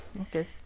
Okay